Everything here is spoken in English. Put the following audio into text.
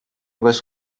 was